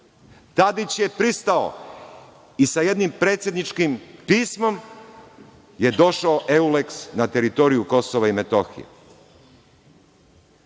Tadić je pristao i sa jednim predsedničkim pismom je došao Euleks na teritoriju Kosova i Metohije.